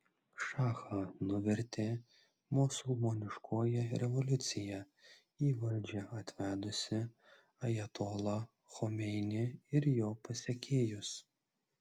šachą nuvertė musulmoniškoji revoliucija į valdžią atvedusi ajatolą chomeinį ir jo pasekėjus